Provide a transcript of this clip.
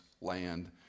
land